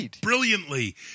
Brilliantly